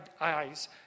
eyes